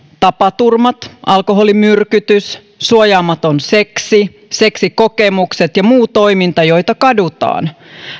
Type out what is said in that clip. tapaturmat alkoholimyrkytys suojaamaton seksi seksikokemukset ja muu toiminta jota kadutaan